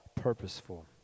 purposeful